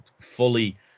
fully